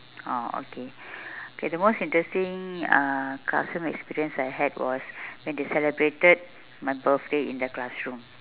orh okay the most interesting uh classroom experience I had was when they celebrated my birthday in the classroom